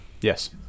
Yes